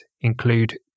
include